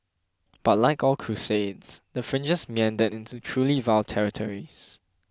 but like all crusades the fringes meandered into truly vile territories